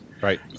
Right